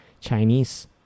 Chinese